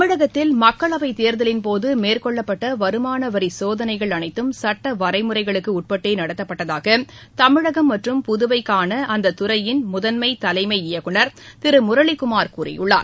தமிழகத்தில் மக்களவை தேர்தலின் போது மேற்கொள்ளப்பட்ட வருமான வரி சோதனைகள் அனைத்தும் சட்ட வரைமுறைகளுக்கு உட்பட்டே நடத்தப்பட்டதாக தமிழகம் மற்றும் புதுவைக்கான அந்த துறையின் முதன்மை தலைமை இயக்குநர் திரு முரளிகுமார் கூறியுள்ளார்